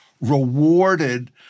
rewarded